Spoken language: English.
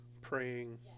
praying